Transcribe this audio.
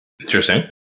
Interesting